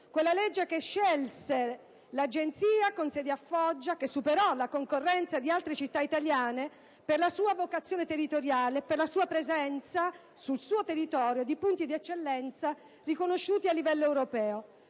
per la sicurezza alimentare, con sede a Foggia, che superò la concorrenza di altre città italiane per la sua vocazione territoriale e per la presenza sul suo territorio di punti di eccellenza riconosciuti a livello europeo.